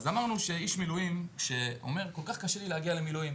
אמרנו שאיש מילואים שאומר כך: כל כך קשה לי להגיע למילואים,